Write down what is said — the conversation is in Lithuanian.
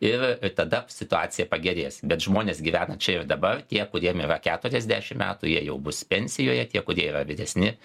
ir tada situacija pagerės bet žmonės gyvena čia ir dabar tie kuriem yra keturiasdešim metų jie jau bus pensijoje tie kurie yra vyresni